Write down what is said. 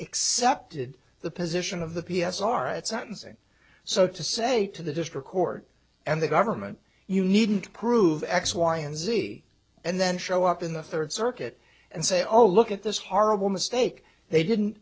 accepted the position of the p s r at sentencing so to say to the district court and the government you needn't prove x y and z and then show up in the third circuit and say oh look at this horrible mistake they didn't